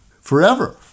forever